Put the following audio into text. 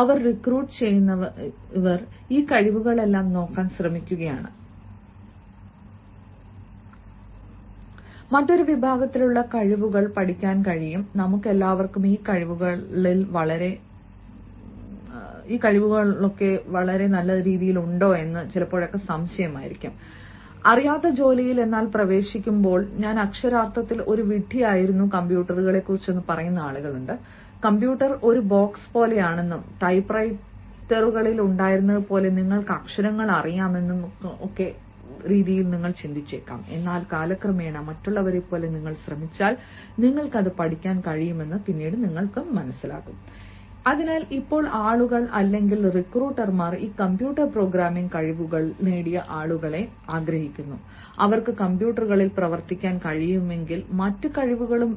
അവർ recruit ചെയ്യുന്നവർ ഈ കഴിവുകളെല്ലാം നോക്കാൻ ശ്രമിക്കുകയാണ് മറ്റൊരു വിഭാഗത്തിലുള്ള കഴിവുകൾ പഠിക്കാൻ കഴിയും നമുക്കെല്ലാവർക്കും ഈ കഴിവുകളിൽ വളരെ നല്ലവരല്ല അറിയാത്ത ജോലിയിൽ പ്രവേശിക്കുമ്പോൾ ഞാൻ അക്ഷരാർത്ഥത്തിൽ ഒരു വിഡ്ഢി ആയിരുന്നു കമ്പ്യൂട്ടറുകളെക്കുറിച്ച് കമ്പ്യൂട്ടർ ഒരു ബോക്സ് പോലെയാണെന്നും ടൈപ്പ്റൈറ്ററുകളിൽ ഉണ്ടായിരുന്നതുപോലെ നിങ്ങൾക്ക് അക്ഷരങ്ങൾ അറിയാമെന്നും കണ്ടിട്ടുണ്ട് എന്നാൽ കാലക്രമേണ മറ്റുള്ളവരെപ്പോലെ നിങ്ങൾ ശ്രമിച്ചാൽ നിങ്ങൾക്ക് അത് പഠിക്കാൻ കഴിയും അതിനാൽ ഇപ്പോൾ ആളുകൾ അല്ലെങ്കിൽ റിക്രൂട്ടർമാർ ഈ കമ്പ്യൂട്ടർ പ്രോഗ്രാമിംഗ് കഴിവുകൾ നേടിയ ആളുകളെ ആഗ്രഹിക്കുന്നു അവർക്ക് കമ്പ്യൂട്ടറുകളിൽ പ്രവർത്തിക്കാൻ കഴിയുമെങ്കിൽ മറ്റ് കഴിവുകളും